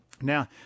Now